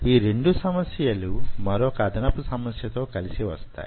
ఈ 2 సమస్యలు మరొక అదనపు సమస్య తో కలిసి వస్తాయి